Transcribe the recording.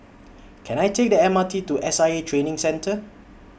Can I Take The M R T to S I A Training Centre